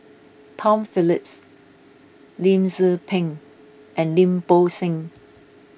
Tom Phillips Lim Tze Peng and Lim Bo Seng